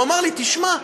והוא אמר לי: תשמע,